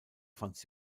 franz